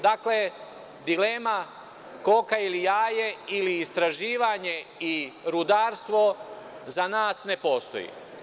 Dakle, dilema koka ili jaje ili istraživanje i rudarstvo za nas ne postoji.